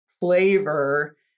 flavor